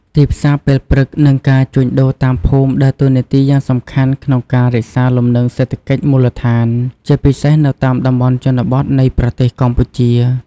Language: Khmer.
ទីផ្សារពេលព្រឹក និងការជួញដូរតាមភូមិដើរតួនាទីយ៉ាងសំខាន់ក្នុងការរក្សាលំនឹងសេដ្ឋកិច្ចមូលដ្ឋាន ជាពិសេសនៅតាមតំបន់ជនបទនៃប្រទេសកម្ពុជា។